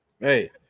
Hey